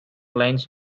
lines